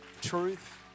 truth